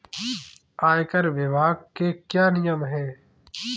आयकर विभाग के क्या नियम हैं?